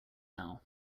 now